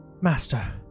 Master